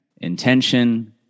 intention